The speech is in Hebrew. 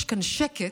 יש כאן שקט